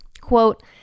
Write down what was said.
quote